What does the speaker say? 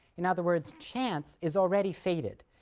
in other words, chance is already fated.